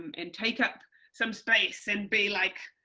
and take up some space and be like